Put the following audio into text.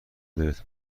دلت